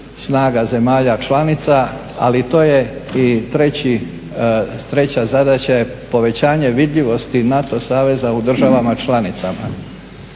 snaga zemalja članica, ali to je i treći, treća zadaća je povećanje vidljivosti NATO saveza u državama članicama.